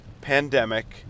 pandemic